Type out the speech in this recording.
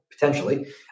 Potentially